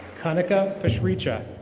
kanaka pasricha.